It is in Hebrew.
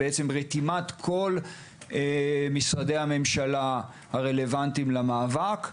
אבל בעצם מדובר ברתימת כלל משרדי הממשלה הרלוונטיים למאבק,